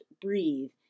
breathe